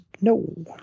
no